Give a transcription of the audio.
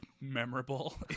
memorable